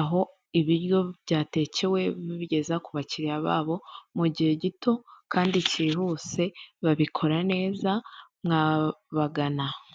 aho ibiryo byatekewe ibigeza ku bakiliya babo, mu gihe gito kandi cyihuse babikora neza mwabagana.